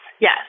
yes